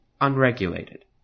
unregulated